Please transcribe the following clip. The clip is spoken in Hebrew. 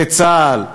בצה"ל,